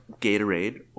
Gatorade